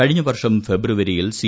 കഴിഞ്ഞവർഷം ഫെബ്രുവരിയിൽ സി